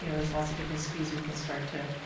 you know there's lots of different skews we can start to